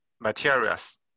materials